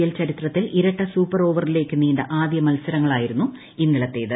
L ചരിത്രത്തിൽ ഇരട്ട super ഓവറിലേക്ക് നീണ്ട ആദ്യ മത്സരങ്ങളായിരുന്നു ഇന്നലത്തത്